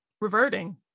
reverting